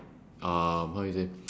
uh how you say